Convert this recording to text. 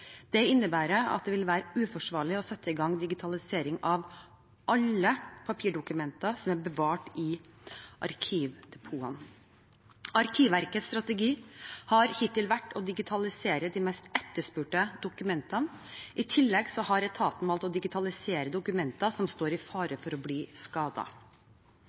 Det innebærer at det vil være uforsvarlig å sette i gang digitalisering av alle papirdokumentene som er bevart i arkivdepotene. Arkivverkets strategi har hittil vært å digitalisere de mest etterspurte dokumentene. I tillegg har etaten valgt å digitalisere dokumenter som står i fare for å bli